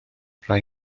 rai